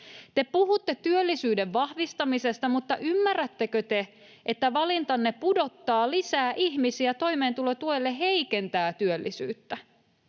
Te puhutte työllisyyden vahvistamisesta, mutta ymmärrättekö te, että valintanne pudottaa lisää ihmisiä toimeentulotuelle, heikentää työllisyyttä?